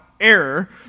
error